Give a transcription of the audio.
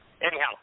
Anyhow